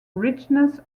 richness